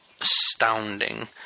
astounding